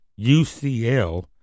UCL